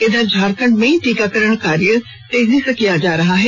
इधर झारखं डमें टीकाकरण कार्य तेजी से किया जा रहा है